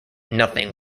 nothing